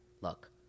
Look